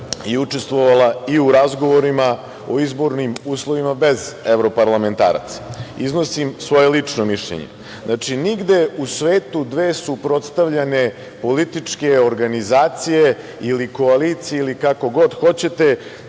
je učestvovala i u razgovorima o izbornim uslovima bez evroparlamentaraca. Iznosim svoje lično mišljenje. Znači, nigde u svetu dve suprotstavljene političke organizacije ili koalicije ili kako god hoćete,